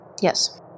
Yes